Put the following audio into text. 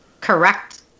correct